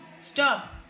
stop